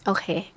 Okay